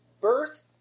Birth